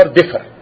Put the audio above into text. differ